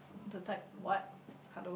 the type what hello